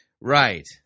right